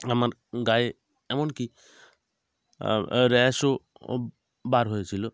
আমার গায়ে এমনকি র্যাশও ও বার হয়েছিল